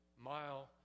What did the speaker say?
Mile